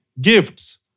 Gifts